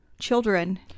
children